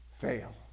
fail